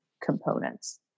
components